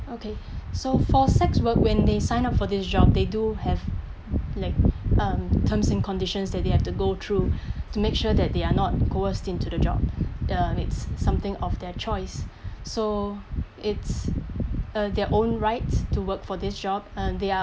okay so for sex work when they sign up for this job they do have like um terms and conditions that they have to go through to make sure that they are not coerced into the job the it's something of their choice so it's uh their own rights to work for this job uh they are